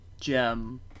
gem